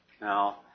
Now